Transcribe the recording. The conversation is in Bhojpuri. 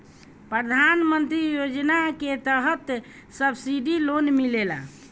प्रधान मंत्री योजना के तहत सब्सिडी लोन मिलेला